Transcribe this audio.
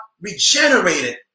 regenerated